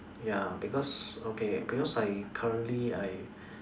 ya because okay because I currently I